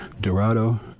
dorado